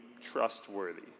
trustworthy